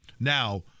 now